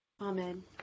Amen